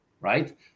right